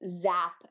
zap